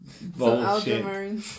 Bullshit